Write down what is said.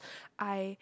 I